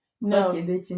No